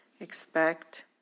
expect